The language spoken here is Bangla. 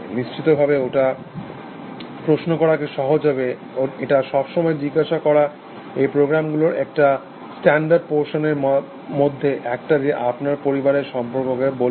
নিশ্চিতভাবে ওটা প্রশ্ন করাকে সহজ করে এটা সবসময় জিজ্ঞাসা করা এই প্রোগ্রামগুলোর একটা স্ট্যান্ডার্ড প্রশ্নের মধ্যে একটা যে আপনার পরিবারের সম্পর্কে বলুন